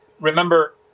remember